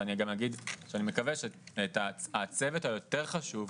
ואני גם אגיד שאני מקווה שהצוות היותר חשוב,